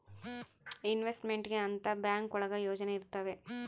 investment ಗೆ ಅಂತ bank ಒಳಗ ಯೋಜನೆ ಇರ್ತವೆ